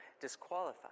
disqualified